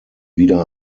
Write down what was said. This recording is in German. wieder